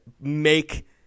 make